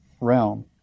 realm